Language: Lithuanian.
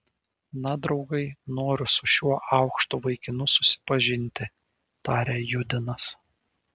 na draugai noriu su šiuo aukštu vaikinu susipažinti tarė judinas